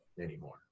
anymore